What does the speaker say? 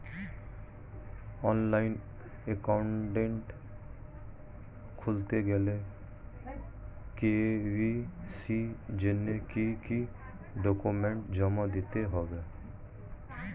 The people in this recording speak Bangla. অনলাইন একাউন্ট খুলতে গেলে কে.ওয়াই.সি জন্য কি কি ডকুমেন্ট জমা দিতে হবে?